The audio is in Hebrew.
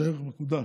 זה ערך מקודש.